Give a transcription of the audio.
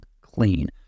clean